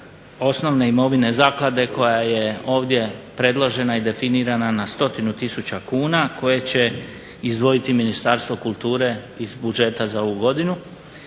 osnovne imovine zaklade koja je ovdje predložena i definirana na 100 tisuća kuna koje će izdvojiti Ministarstvo kulture iz budžeta za ovu godinu